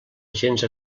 agents